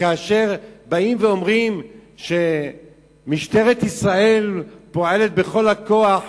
וכאשר אומרים שמשטרת ישראל פועלת בכל הכוח